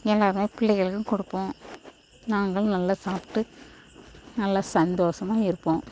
எல்லோருமே பிள்ளைகளுக்கும் கொடுப்போம் நாங்களும் நல்லா சாப்பிட்டு நல்லா சந்தோஷமா இருப்போம்